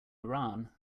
iran